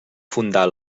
fundar